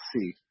see